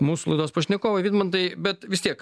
mūsų laidos pašnekovai vidmantai bet vis tiek